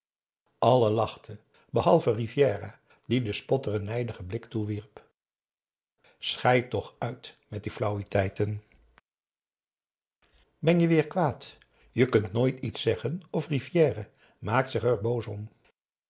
lachten behalve rivière die den spotter een nijdigen blik toewierp schei toch uit met die flauwiteiten ben je weêr kwaad je kunt nooit iets zeggen of rivière maakt er zich boos om